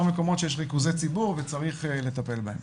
מקומות שיש בהם ריכוזי ציבור וצריך לטפל בהם.